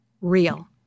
real